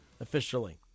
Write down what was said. officially